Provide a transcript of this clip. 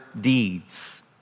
deeds